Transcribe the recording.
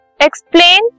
Explain